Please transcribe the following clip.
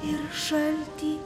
ir šaltį